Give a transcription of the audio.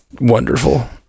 wonderful